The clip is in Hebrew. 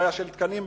בעיה של תקנים,